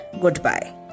goodbye